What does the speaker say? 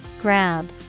Grab